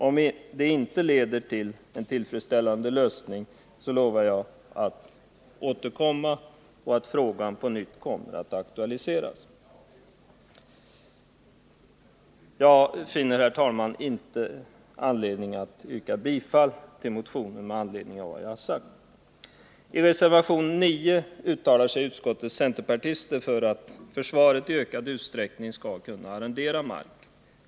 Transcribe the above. Om det inte leder till en tillfredsställande lösning lovar jag att återkomma och att frågan på nytt skall aktualiseras. Jag finner, herr talman, inte anledning att yrka bifall till motionen med hänvisning till vad jag har sagt. I reservation 9 uttalar sig utskottets centerpartister för att försvaret i ökad utsträckning skall kunna arrendera mark.